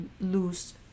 lose